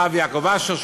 הרב יעקב אשר,